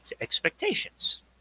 expectations